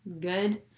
good